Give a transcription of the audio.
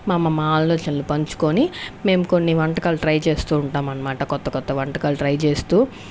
మా మా ఆలోచనలు పంచుకొని మేము కొన్ని వంటకాలు ట్రై చేస్తూ ఉంటాం అనమాట కొత్త కొత్త వంటకాలు ట్రై చేస్తూ